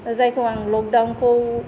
जायखौ आं लकडाउनखौ